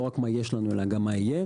כלומר, לא רק מה שיש לנו אלא גם מה יהיה.